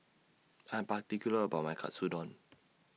I'm particular about My Katsudon